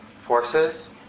forces